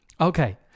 Okay